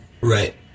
Right